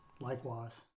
Likewise